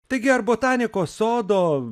taigi ar botanikos sodo